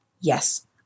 Yes